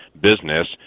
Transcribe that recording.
business